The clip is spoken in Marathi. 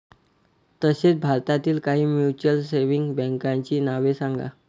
तसेच भारतातील काही म्युच्युअल सेव्हिंग बँकांची नावे सांगा